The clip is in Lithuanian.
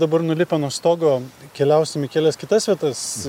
dabar nulipę nuo stogo keliausim į kelias kitas vietas